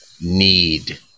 need